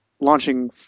launching